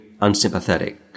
unsympathetic